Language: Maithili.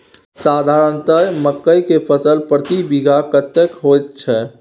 साधारणतया मकई के फसल प्रति बीघा कतेक होयत छै?